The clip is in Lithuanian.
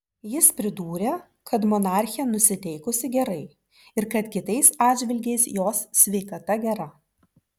jis pridūrė kad monarchė nusiteikusi gerai ir kad kitais atžvilgiais jos sveikata gera